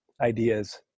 ideas